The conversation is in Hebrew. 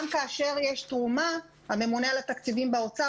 גם כאשר יש תרומה הממונה על התקציבים באוצר